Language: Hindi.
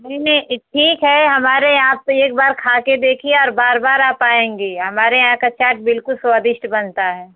नहीं नहीं ठीक है हमारे यहाँ पे एक बार खा के देखिये हर बार बार आप आयेंगे यहाँ हमारे यहाँ का चाट बिल्कुल स्वादिष्ट बनता है